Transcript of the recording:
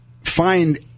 find